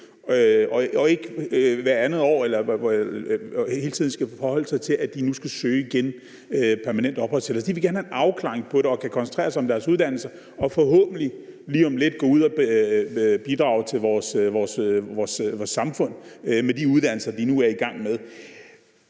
en vished og ikke hele tiden skal forholde sig til, at de nu igen skal søge om permanent opholdstilladelse. De vil gerne have en afklaring på det og kunne koncentrere sig om deres uddannelser og forhåbentlig lige om lidt går ud og bidrager til vores samfund med de uddannelser, de nu er i gang med.